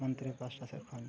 ᱢᱚᱱᱛᱨᱤ ᱯᱟᱥᱴᱟ ᱥᱮᱫ ᱠᱷᱚᱱ